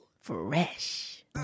Fresh